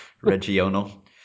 regional